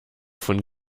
von